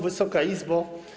Wysoka Izbo!